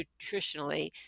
nutritionally